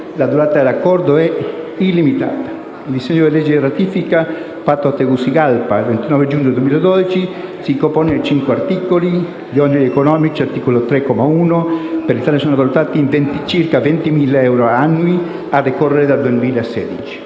La durata del Accordo è illimitata. Il disegno di legge di ratifica, fatto a Tegucigalpa il 29 giugno 2012, si compone di cinque articoli. Gli oneri economici (articolo 3, comma 1) per l'Italia sono valutati in circa 20.160 euro annui a decorrere dal 2016.